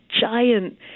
giant